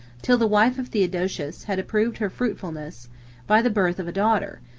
till the wife of theodosius had approved her fruitfulness by the birth of a daughter,